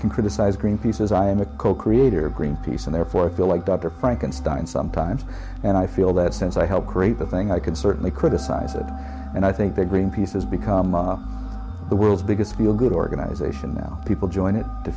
can criticize greenpeace is i am a co creator of greenpeace and therefore i feel like doctor frankenstein sometimes and i feel that since i helped create the thing i can certainly criticize it and i think that greenpeace has become the world's biggest feel good organization now people join it to